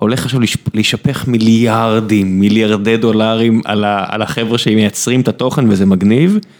הולך עכשיו לשפך מיליארדים, מיליארדי דולרים על החברה מייצרים את התוכן וזה מגניב.